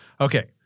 Okay